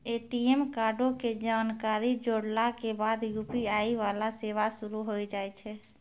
ATM कार्डो के जानकारी जोड़ला के बाद यू.पी.आई वाला सेवा शुरू होय जाय छै